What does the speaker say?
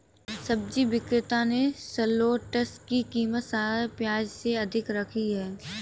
सब्जी विक्रेता ने शलोट्स की कीमत साधारण प्याज से अधिक रखी है